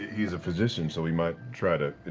he's a physician. so he might try to,